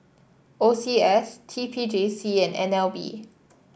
O C S T P J C and N L B